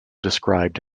described